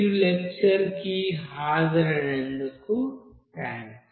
మీరు ఈ లెక్చర్ కి హాజరైనందుకు థాంక్స్